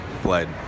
played